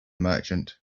merchant